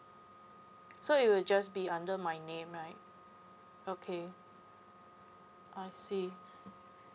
so it will just be under my name right okay I see